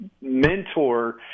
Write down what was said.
mentor